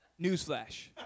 newsflash